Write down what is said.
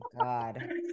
God